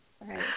Right